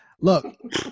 Look